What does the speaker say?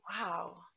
wow